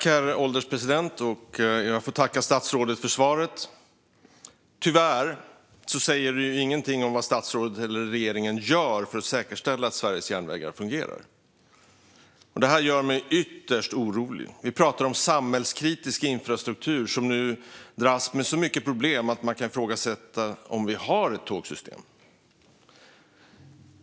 Herr ålderspresident! Jag tackar statsrådet för svaret. Tyvärr säger det ingenting om vad statsrådet eller regeringen gör för att säkerställa att Sveriges järnvägar fungerar. Det gör mig ytterst orolig. Vi pratar om samhällskritisk infrastruktur som nu dras med så mycket problem att man kan ifrågasätta om vi har ett tågsystem.